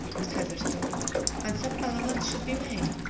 miss heatherstone and some allowance should be made,